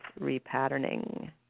repatterning